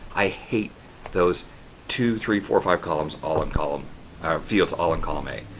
i hate those two, three, four, five columns all in column fields all in column a.